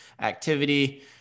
activity